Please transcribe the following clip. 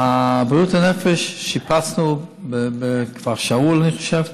בריאות הנפש, שיפצנו בכפר שאול, אני חושב.